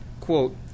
quote